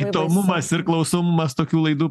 įdomumas ir klausomumas tokių laidų